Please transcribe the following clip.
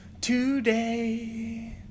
today